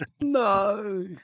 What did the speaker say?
No